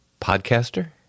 podcaster